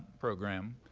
program.